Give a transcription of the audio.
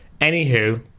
Anywho